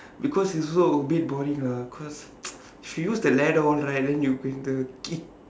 because it's also a bit boring ah because if you use the ladder all right then you kick